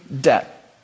debt